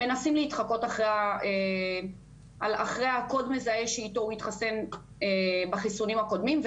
מנסים להתחקות אחרי הקוד מזהה שאיתו הוא התחסן בחיסונים הקודמים .